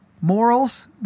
Morals